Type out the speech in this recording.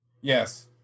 Yes